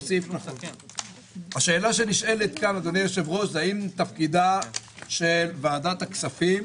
השאלה שנשאלת כאן, האם מתפקידה של ועדת הכספים